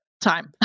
time